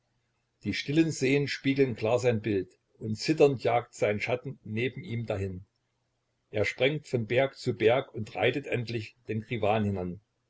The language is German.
die stillen seen spiegeln klar sein bild und zitternd jagt sein schatten neben ihm dahin er sprengt von berg zu berg und reitet endlich den krivan hinan